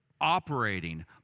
operating